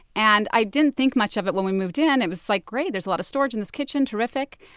and i didn't think much of it when we moved in. it was like, great, there's a lot of storage in this kitchen. terrific.